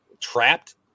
Trapped